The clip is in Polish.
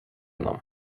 mną